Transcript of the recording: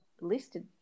listed